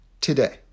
today